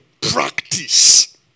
Practice